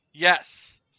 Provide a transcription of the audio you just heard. Yes